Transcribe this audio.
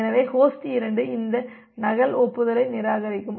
எனவே ஹோஸ்ட் 2 இந்த நகல் ஒப்புதலை நிராகரிக்கும்